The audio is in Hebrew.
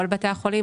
כל בתי החולים,